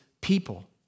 people